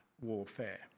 warfare